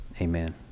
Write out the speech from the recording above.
Amen